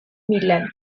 milan